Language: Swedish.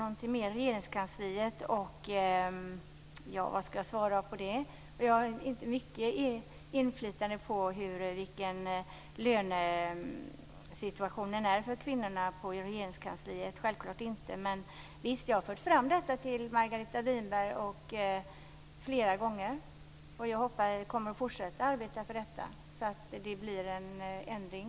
Jag vet inte riktigt vad jag ska svara på frågorna om Regeringskansliet. Jag har självfallet inte mycket inflytande över lönesituationen för kvinnorna i Regeringskansliet. Men jag har fört fram detta till Margareta Winberg flera gånger, och jag kommer att fortsätta arbeta för detta så att det blir en ändring.